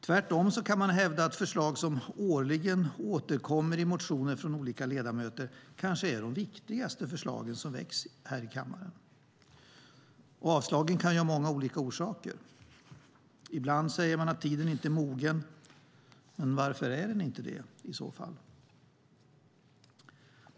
Tvärtom kan man hävda att de förslag som årligen återkommer i motioner från olika ledamöter kanske är de viktigaste förslagen som väcks här i kammaren. Avslagen kan ha många olika orsaker. Ibland säger man att tiden inte är mogen. Men varför är den inte det i så fall?